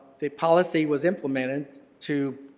the policy was implemented to